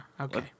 okay